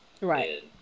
Right